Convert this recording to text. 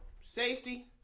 safety